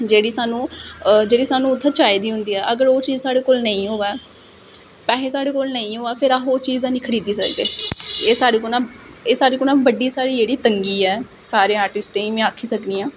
जेहड़ी स्हानू जेह्ड़ी स्हानू उत्थै चाहिदी होंदी अगर ओह् चीज साढ़े कोल नेई होवे पैसे साढ़े कोल नेई होवे फिर अस ओह् चीज है नी खरीदी सकदे ऐ सारे कोला एह् सारें कोला बड्डी साढ़ी जेहड़ी तंगी ऐ सारे आर्ट्रिस्टें गी में आक्खी सकनी आं